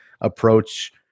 approach